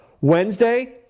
Wednesday